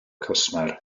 cwsmer